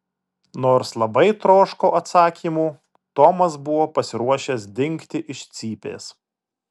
nors labai troško atsakymų tomas buvo pasiruošęs dingti iš cypės